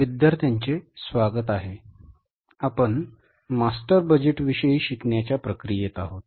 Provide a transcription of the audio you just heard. विद्यार्थ्यांचे स्वागत आहे आपण मास्टर बजेटविषयी शिकण्याच्या प्रक्रियेत आहोत